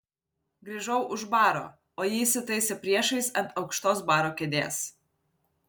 grįžau už baro o ji įsitaisė priešais ant aukštos baro kėdės